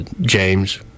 James